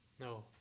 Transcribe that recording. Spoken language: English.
No